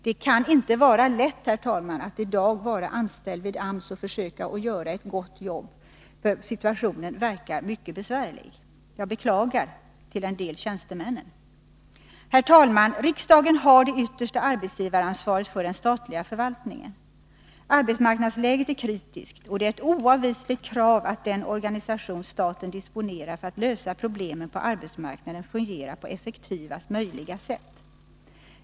Det kan inte vara lätt, herr talman, att i dag vara anställd vid AMS och försöka göra ett gott arbete, för situationen verkar vara mycket besvärlig. Jag beklagar till en del tjänstemännen där. Herr talman! Riksdagen har det yttersta arbetsgivaransvaret för den statliga förvaltningen. Arbetsmarknadsläget är kritiskt, och det är ett oavvisligt krav att den organisation staten disponerar för att lösa problemen på arbetsmarknaden fungerar på effektivaste möjliga sätt.